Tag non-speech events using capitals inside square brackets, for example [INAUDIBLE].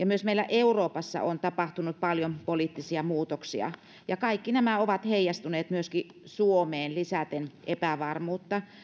[UNINTELLIGIBLE] myös meillä euroopassa on tapahtunut paljon poliittisia muutoksia ja kaikki nämä ovat heijastuneet myöskin suomeen lisäten epävarmuutta